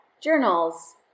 journals